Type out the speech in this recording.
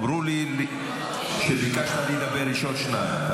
אמרו לי שביקשת לדבר, ויש עוד שניים.